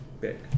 big